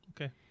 okay